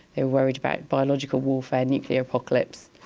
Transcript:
they were worried about biological warfare, nuclear apocalypse,